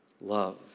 love